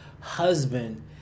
husband